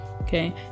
okay